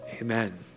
Amen